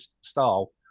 style